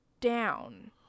down